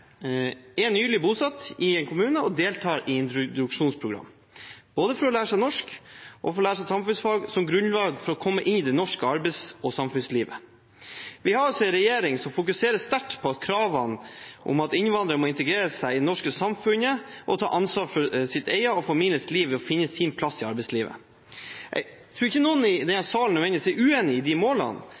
er nylig bosatt i en kommune og deltar i introduksjonsprogram, både for å lære seg norsk og for å lære seg samfunnsfag, som grunnlag for å komme inn i det norske arbeids- og samfunnslivet. Vi har en regjering som fokuserer sterkt på kravene om at innvandrere må integrere seg i det norske samfunnet og ta ansvar for sitt eget og familiens liv ved å finne sin plass i arbeidslivet. Jeg tror ikke noen i denne salen nødvendigvis er uenig i de målene,